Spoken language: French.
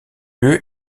lieu